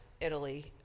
Italy